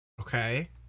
Okay